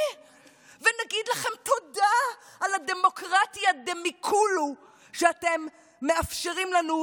ונגיד לכם תודה על הדמוקרטיה דמיקולו שאתם מאפשרים לנו,